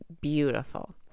beautiful